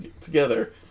together